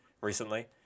recently